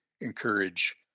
encourage